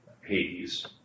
Hades